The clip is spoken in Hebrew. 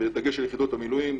בדגש על יחידות המילואים,